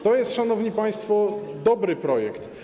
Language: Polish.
To jest, szanowni państwo, dobry projekt.